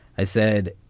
i said,